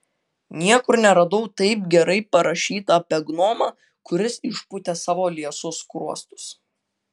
niekur neradau taip gerai parašyta apie gnomą kuris išpūtė savo liesus skruostus